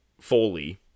Foley